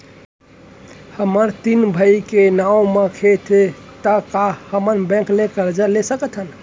हमर तीन भाई के नाव म खेत हे त का हमन बैंक ले करजा ले सकथन?